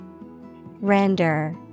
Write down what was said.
Render